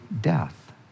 death